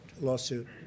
lawsuit